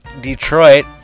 Detroit